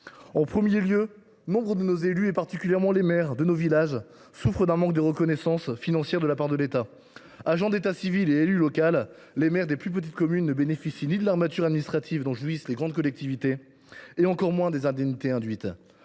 D’abord, nombre de nos élus, particulièrement les maires de nos villages, souffrent d’un manque de reconnaissance financière de la part de l’État. Agents d’état civil et élus locaux, les maires des plus petites communes ne bénéficient ni de l’armature administrative dont jouissent les grandes collectivités ni des indemnités induites.